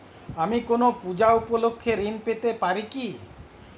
আমি কোনো পূজা উপলক্ষ্যে ঋন পেতে পারি কি?